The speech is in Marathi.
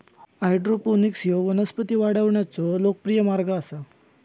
हायड्रोपोनिक्स ह्यो वनस्पती वाढवण्याचो लोकप्रिय मार्ग आसा